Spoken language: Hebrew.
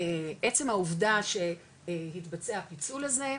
עצם העובדה שהתבצע הפיצול הזה,